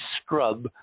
scrub